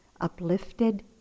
uplifted